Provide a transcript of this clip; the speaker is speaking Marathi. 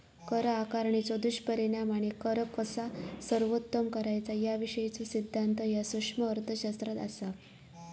कर आकारणीचो दुष्परिणाम आणि कर कसा सर्वोत्तम करायचा याविषयीचो सिद्धांत ह्या सूक्ष्म अर्थशास्त्रात असा